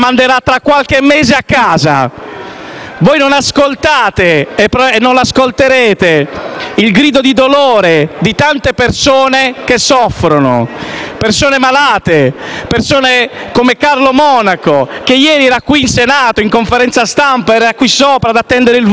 Voi non ascoltate e non ascolterete il grido di dolore di tante persone che soffrono, persone malate, come Carlo Monaco, che ieri era qui in Senato, in conferenza stampa, ad attendere il voto e che fino a questa mattina,